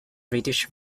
british